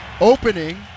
opening